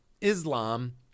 Islam